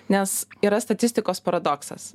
nes yra statistikos paradoksas